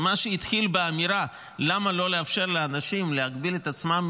מה שהתחיל באמירה למה לא לאפשר לאנשים להגביל את עצמם,